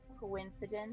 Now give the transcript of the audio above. coincidence